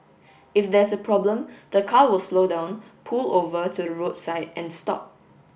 if there's a problem the car will slow down pull over to the roadside and stop